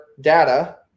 data